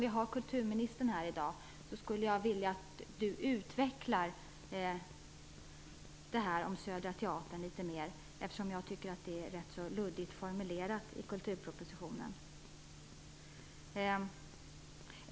Vi har ju kulturministern här i dag så vill jag be henne utveckla frågan om Södra Teatern, eftersom jag tycker att den är litet luddigt formulerad i kulturpropositionen.